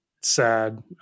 sad